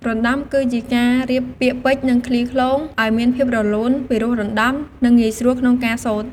រណ្តំ គឺជាការរៀបពាក្យពេចន៍ និងឃ្លាឃ្លោងឱ្យមានភាពរលូន ពីរោះរណ្ដំ និងងាយស្រួលក្នុងការសូត្រ។